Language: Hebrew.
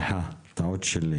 תומר,